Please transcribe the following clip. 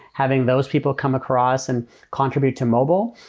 having those people come across and contribute to mobile.